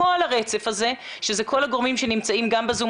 כל הרצף הזה שזה כל הגורמים שנמצאים גם בזום